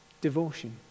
devotion